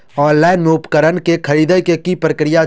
Online मे उपकरण केँ खरीदय केँ की प्रक्रिया छै?